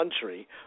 country